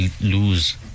lose